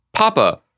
Papa